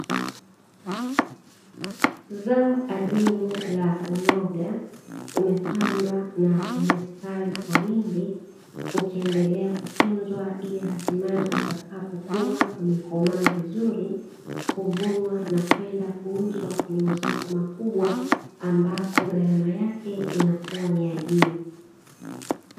Zao adimu la uyoga umepandwa na umestawi kwa wingi ukiendelea kutunzwa, ili hatimaye utakapokomaa vizuri kuvunwa na kwenda kuuzwa katika masoko makubwa ambako gharama yake inakuwa ni ya juu.